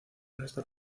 nuestra